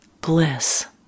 bliss